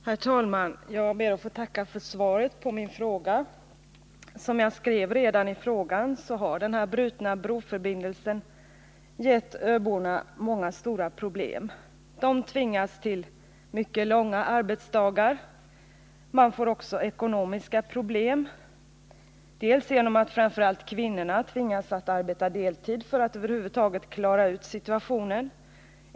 Herr talman! Jag ber att få tacka för svaret på min fråga. Som jag framhöll redan i frågan har den brutna broförbindelsen gett öborna många stora problem. De tvingas till mycket långa arbetsresor. Det uppstår också ekonomiska problem, t.ex. genom att framför allt kvinnorna tvingas att arbeta deltid för att över huvud taget klara ut situationen.